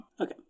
Okay